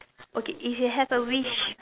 okay if you have a wish